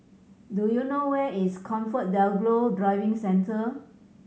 do you know where is ComfortDelGro Driving Centre